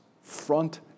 front